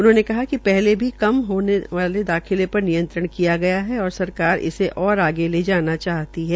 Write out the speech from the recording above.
उन्होंने कहा कि पहले भी कम होते दाखिले पर नियंत्रण किया गया है और सरकार इसे आगे ले जाना चाहती है